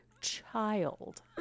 child